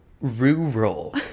Rural